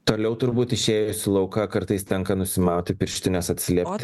toliau turbūt išėjus į lauką kartais tenka nusimauti pirštines atsiliepti